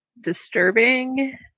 disturbing